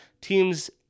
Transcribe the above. Teams